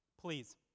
Please